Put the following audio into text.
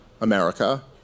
America